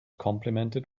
complimented